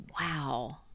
wow